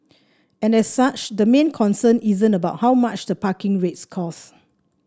and as such the main concern isn't about how much the parking rates cost